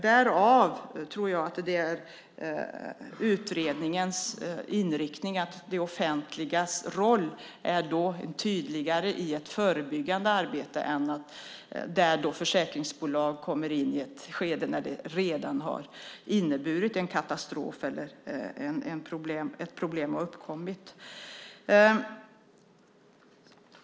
Därför tror jag mer på att utredningens inriktning beträffande det offentligas roll är tydligare i ett förebyggande arbete än att försäkringsbolagen kommer in i ett skede där det redan är katastrof eller ett problem uppkommit.